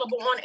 on